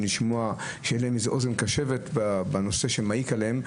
שתהיה להם אוזן קשבת בנושא שמעיק עליהם.